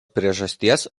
priežasties